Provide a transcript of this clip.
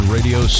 Radio